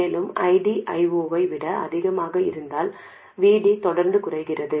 மேலும் ID I0 ஐ விட அதிகமாக இருந்தால் VD தொடர்ந்து குறைகிறது